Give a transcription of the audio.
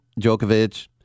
Djokovic